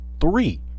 Three